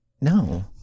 No